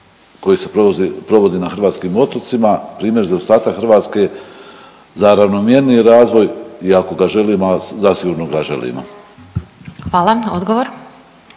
koji se provodi na hrvatskim otocima primjer zaostatka Hrvatske za ravnomjerniji razvoj i ako ga želimo, a zasigurno ga želimo. **Glasovac,